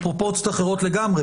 אבל זה פרופורציות אחרות לגמרי,